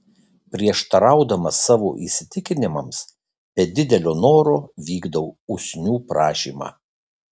prieštaraudamas savo įsitikinimams be didelio noro vykdau usnių prašymą